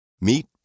Meet